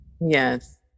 Yes